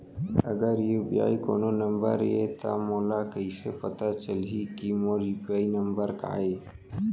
अगर यू.पी.आई कोनो नंबर ये त मोला कइसे पता चलही कि मोर यू.पी.आई नंबर का ये?